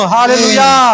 Hallelujah